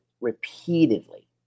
repeatedly